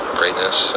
greatness